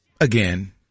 again